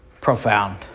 profound